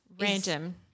random